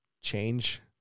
change